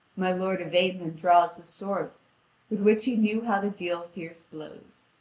my lord yvain then draws the sword with which he knew how to deal fierce blows.